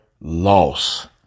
loss